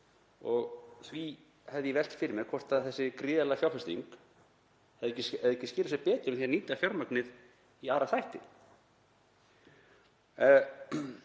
Því hefði ég velt fyrir mér hvort þessi gríðarlega fjárfesting hefði ekki skilað sér betur með því að nýta fjármagnið í aðra þætti.